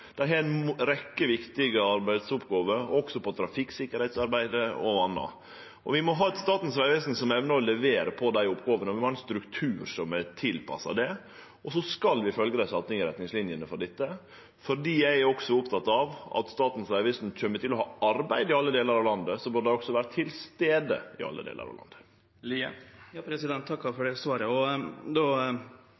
Dei har ei rekkje viktige arbeidsoppgåver, også trafikksikkerheitsarbeid, og anna. Vi må ha eit Statens vegvesen som evnar å levere på dei oppgåvene, vi må ha ein struktur som er tilpassa det, og så skal vi følgje dei statlege retningslinjene for dette. For eg er også oppteken av at Statens vegvesen kjem til å ha arbeid i alle delar av landet, og då bør dei også vere til stades i alle delar av landet.